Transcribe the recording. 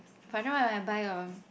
for example like when I buy a